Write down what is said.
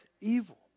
evil